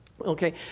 Okay